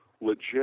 legit